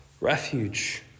refuge